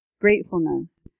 gratefulness